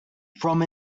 from